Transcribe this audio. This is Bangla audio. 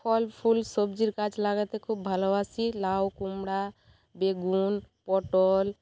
ফল ফুল সবজির গাছ লাগাতে খুব ভালোবাসি লাউ কুমড়া বেগুন পটল